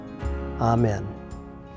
Amen